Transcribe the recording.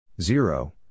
Zero